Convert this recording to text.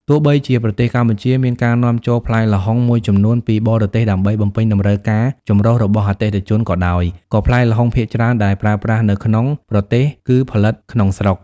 ទោះបីជាប្រទេសកម្ពុជាមានការនាំចូលផ្លែល្ហុងមួយចំនួនពីបរទេសដើម្បីបំពេញតម្រូវការចម្រុះរបស់អតិថិជនក៏ដោយ ក៏ផ្លែល្ហុងភាគច្រើនដែលប្រើប្រាស់នៅក្នុងប្រទេសគឺផលិតក្នុងស្រុក។